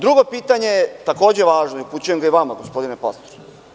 Drugo pitanje je takođe važno i upućujem ga i vama, gospodine Pastor.